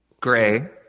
Gray